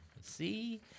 See